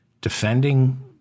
defending